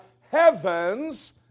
heavens